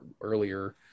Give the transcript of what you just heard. earlier